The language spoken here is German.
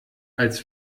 als